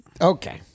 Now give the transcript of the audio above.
Okay